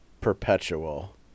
Perpetual